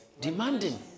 demanding